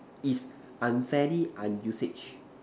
is unfairly unusage